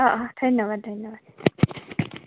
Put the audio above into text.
অঁ অঁ ধন্যবাদ ধন্যবাদ